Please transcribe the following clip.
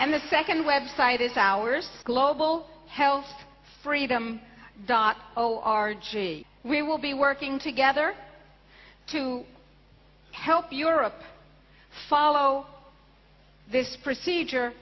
and the second website is ours global health freedom dot au argy we will be working together to help europe follow this procedure